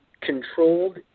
controlled